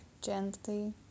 gently